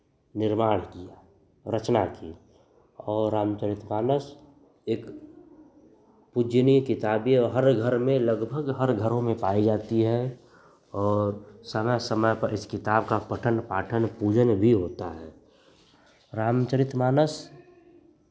निर्माण किया रचना की और रामचरित मानस एक पूज्यनीय किताब है और हर घर में लगभग हर घरों में पाई जाती है और समय समय पर इस किताब का पठन पाठन पूजन भी होता है रामचरित मानस